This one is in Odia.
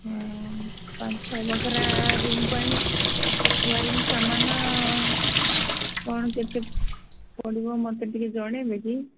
ହଁ ପାଞ୍ଚ ଛଅ ବଖରା ରୁମ୍ ପାଇଁ ୱାରିଙ୍ଗ ସାମାନ କ'ଣ କେତେ ପଡ଼ିବ ମୋତେ ଟିକେ ଜଣେଇବେ କି